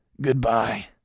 Goodbye